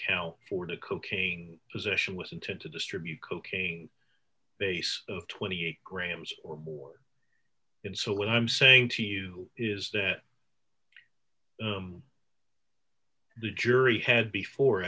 cow for the cocaine possession with intent to distribute cocaine base of twenty eight grams or more and so what i'm saying to you is that the jury had before